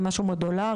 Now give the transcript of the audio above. זה משהו מודולרי,